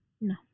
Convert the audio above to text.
No